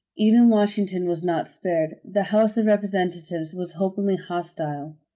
even washington was not spared. the house of representatives was openly hostile.